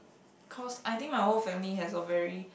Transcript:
cause I think my whole family has a very